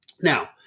Now